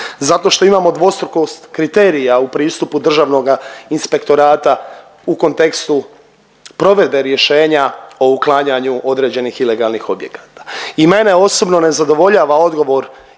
Zato što imamo dvostrukost kriterija u pristupu Državnoga inspektorata u kontekstu provedbe rješenja o uklanjanju određenih ilegalnih objekata i mene osobno ne zadovoljava odgovor